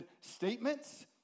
statements